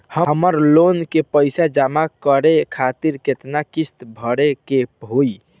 हमर लोन के पइसा जमा करे खातिर केतना किस्त भरे के होई?